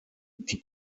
die